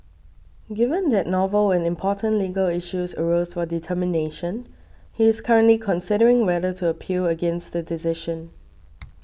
given that novel and important legal issues arose for determination he is currently considering whether to appeal against the decision